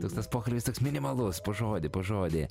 tas tas pokalbis toks minimalus po žodį po žodį